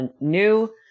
new